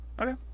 Okay